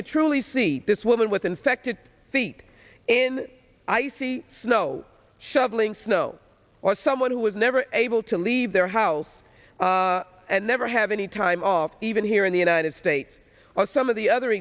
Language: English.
could truly see this woman with infected feet in icy snow shoveling snow or someone who was never able to leave their house and never have any time off even here in the united states or some of the other